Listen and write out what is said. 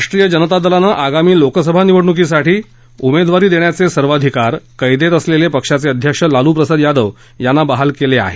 राष्ट्रीय जनता दलानं आगामी लोकसभा निवडणुकीसाठी उमेदवारी देण्याचे सर्वाधिकार कैदेत असलेले पक्षाचे अध्यक्ष लालूप्रसाद यादव यांना बहाल केले आहेत